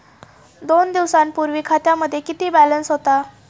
दोन दिवसांपूर्वी खात्यामध्ये किती बॅलन्स होता?